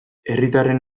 herritarren